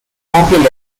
popular